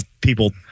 people